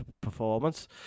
performance